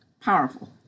powerful